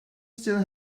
still